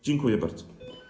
Dziękuję bardzo.